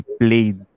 played